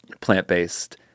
plant-based